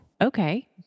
okay